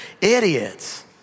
idiots